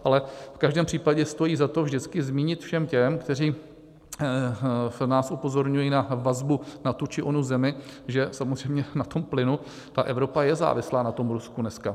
Ale v každém případě stojí za to, vždycky zmínit všem těm, kteří nás upozorňují na vazbu na tu či onu zemi, že samozřejmě na plynu Evropa je závislá, na Rusku dneska.